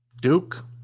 Duke